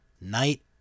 night